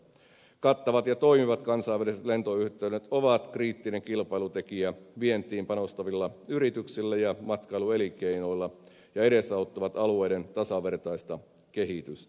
kattavat ja toimivat kansainväliset lentoyhteydet ovat kriittinen kilpailutekijä vientiin panostavilla yrityksillä ja matkailuelinkeinoilla ja edesauttavat alueiden tasavertaista kehitystä